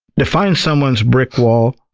to find someone's brick wall,